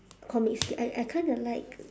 comics skit I I kinda like